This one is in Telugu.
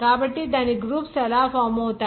కాబట్టి ఎన్ని గ్రూప్స్ ఫామ్ అవుతాయి